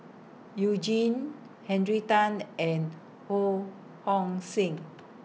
YOU Jin Henry Tan and Ho Hong Sing